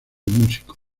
músico